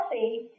healthy